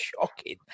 shocking